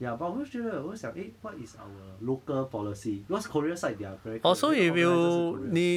ya 我会是觉得我会想 eh what is our local policy because korea side they are very clear 那个 organiser 是 korea